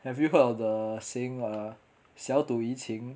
have you heard of the saying err 小赌怡情